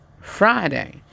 Friday